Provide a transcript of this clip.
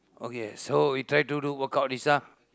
okay so we try to work out this ah